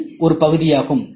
இது ஒரு பகுதியாகும்